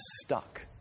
stuck